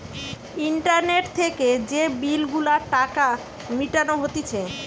internet থেকে যে bill গুলার টাকা মিটানো হতিছে